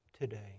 today